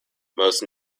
most